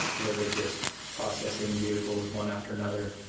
where they're just processing vehicles one after another.